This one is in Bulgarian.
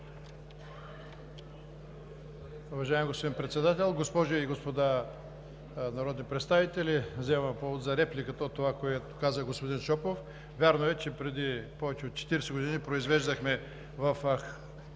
Вярно е, че преди повече от 40 години произвеждахме в